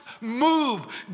move